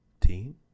team